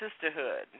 sisterhood